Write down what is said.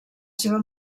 seva